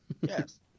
Yes